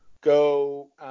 go –